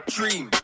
Dream